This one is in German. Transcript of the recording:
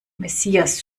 messias